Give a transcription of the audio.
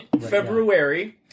February